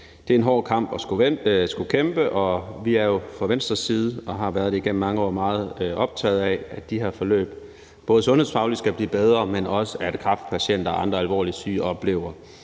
Det er en hård kamp at skulle kæmpe, og vi er jo fra Venstres side – og har været det igennem mange år – meget optaget både af, at de her forløb skal blive bedre sundhedsfagligt, og at kræftpatienter og andre alvorligt syge oplever